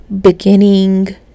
beginning